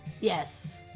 Yes